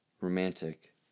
romantic